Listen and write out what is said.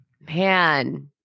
Man